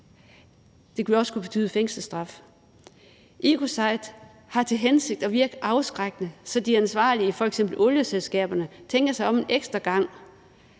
også kunne betyde fængselsstraf. Ecocide har til hensigt at virke afskrækkende, så de ansvarlige, f.eks. olieselskaberne, tænker sig om en ekstra gang,